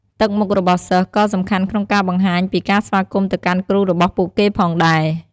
ទឹកមុខរបស់សិស្សក៏សំខាន់ក្នុងការបង្ហាញពីការស្វាគមន៍ទៅកាន់គ្រូរបស់ពួកគេផងដែរ។